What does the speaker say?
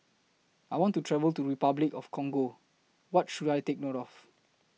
I want to travel to Repuclic of The Congo What should I Take note of